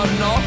no